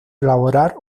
elaborar